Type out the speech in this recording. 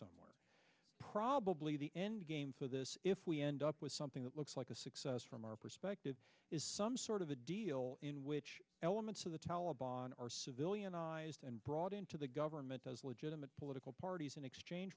arteriosclerosis probably the end game for this if we end up with something that looks like a success from our perspective is some sort of a deal in which elements of the taleban are civilian and brought into the government does legitimate political parties in exchange